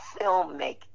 filmmaking